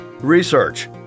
Research